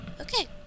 Okay